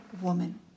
woman